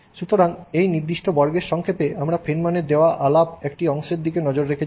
সুতরাং এই নির্দিষ্ট বর্গের সংক্ষেপে আমরা ফেনম্যানের দেওয়া আলাপের একটি অংশের দিকে নজর রেখেছি